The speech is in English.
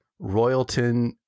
Royalton